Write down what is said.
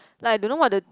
like I don't know what to